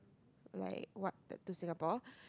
like what to Singapore